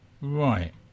Right